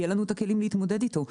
יהיו לנו הכלים להתמודד איתו.